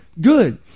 good